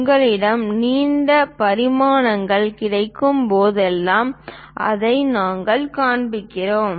உங்களிடம் நீண்ட பரிமாணங்கள் கிடைக்கும்போதெல்லாம் அதை நாங்கள் காண்பிக்கிறோம்